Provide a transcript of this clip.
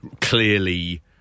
clearly